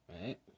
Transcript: right